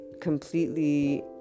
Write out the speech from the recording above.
completely